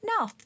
No